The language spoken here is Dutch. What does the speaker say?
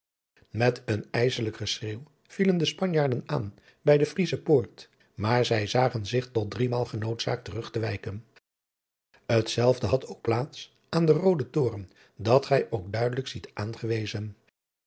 met een ijsselijk geschreernw vielen de spanjaarden aan bij de vriesche poort maar zij zagen zich tot driemaal genoodzaakt terug te wijken t zelfde had ook plaats aan den rooden toren dat gij ook duidelijk ziet aangewezen